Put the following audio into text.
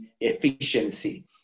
efficiency